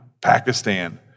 Pakistan